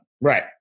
right